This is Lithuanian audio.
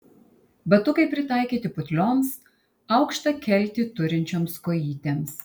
batukai pritaikyti putlioms aukštą keltį turinčioms kojytėms